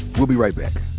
we'll be right back.